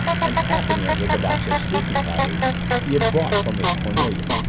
and tapping it with the box of sleeping-powders he had brought for miss cornelia.